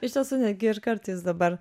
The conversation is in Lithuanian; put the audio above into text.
iš tiesų netgi ir kartais dabar